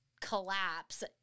collapse